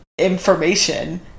information